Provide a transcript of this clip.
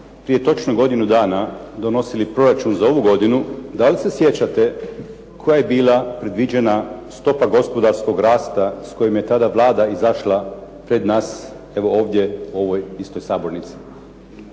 prije točno godinu dana donosili proračun za ovu godinu da li se sjećate koja je bila predviđena stopa gospodarskog rasta s kojim je tada Vlada izašla pred nas evo ovdje u ovoj istoj sabornici.